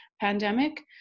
pandemic